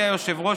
יהיה היושב-ראש,